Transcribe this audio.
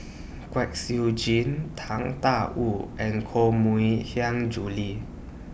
Kwek Siew Jin Tang DA Wu and Koh Mui Hiang Julie